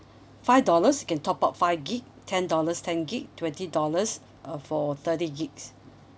five dollars can top up five gig ten dollars ten gig twenty dollars uh for thirty gigs